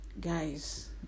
guys